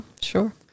sure